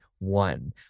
one